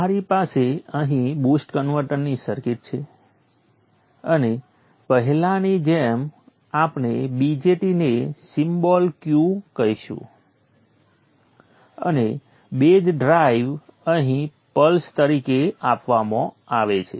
અમારી પાસે અહીં બુસ્ટ કન્વર્ટરની સર્કિટ છે અને પહેલાની જેમ આપણે BJT ને સિમ્બોલ Q કહીશું અને બેઝ ડ્રાઇવ અહીં પલ્સ તરીકે આપવામાં આવે છે